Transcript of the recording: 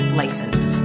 license